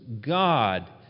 god